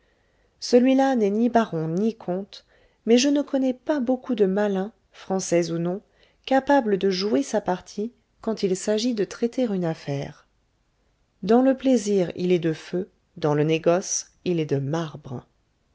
celui-là n'est ni baron ni comte mais je ne connais pas beaucoup de malins français ou non capables de jouer sa partie quand il s'agit de traiter une affaire dans le plaisir il est de feu dans le négoce il est de marbre